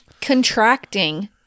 contracting